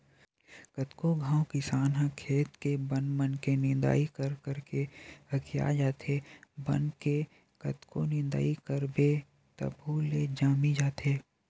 कतको घांव किसान ह खेत के बन मन के निंदई कर करके हकिया जाथे, बन के कतको निंदई करबे तभो ले जामी जाथे